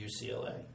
ucla